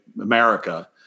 America